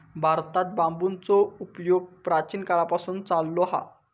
भारतात बांबूचो उपयोग प्राचीन काळापासून चाललो हा